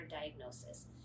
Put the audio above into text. diagnosis